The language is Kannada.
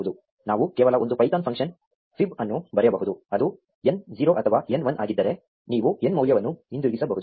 ನಾವು ಕೇವಲ ಒಂದು ಪೈಥಾನ್ ಫಂಕ್ಷನ್ ಫೈಬ್ ಅನ್ನು ಬರೆಯಬಹುದು ಅದು n 0 ಅಥವಾ n 1 ಆಗಿದ್ದರೆ ನೀವು n ಮೌಲ್ಯವನ್ನು ಹಿಂತಿರುಗಿಸಬಹುದು